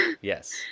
Yes